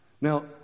Now